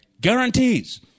Guarantees